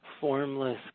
formless